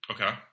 Okay